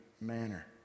manner